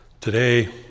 Today